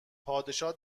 پادشاه